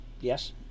Yes